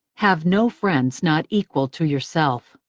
have no friends not equal to yourself.